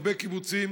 הרבה קיבוצים